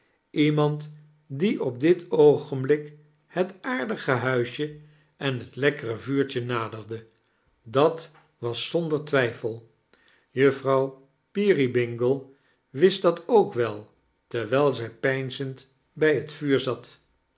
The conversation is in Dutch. iemand die op dit oogenblik het aardige huisje en het lekkere vuurtje naderde dat was zonder twijfel juffrouw peerybdngle wist dat ook wel terwijl zij peinzend bij heft vuur zat